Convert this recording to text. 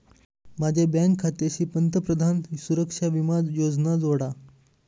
माझ्या बँक खात्याशी पंतप्रधान सुरक्षा विमा योजना जोडा